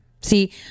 See